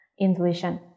intuition